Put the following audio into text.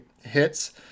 hits